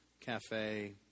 cafe